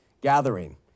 gathering